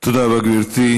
תודה רבה, גברתי.